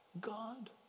God